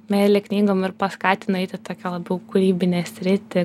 meilė knygom ir paskatino eit į tokią labiau kūrybinę sritį